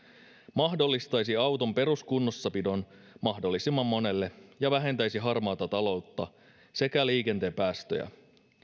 mahdollistaisi auton peruskunnossapidon mahdollisimman monelle ja vähentäisi harmaata taloutta sekä liikenteen päästöjä